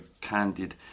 candid